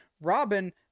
Robin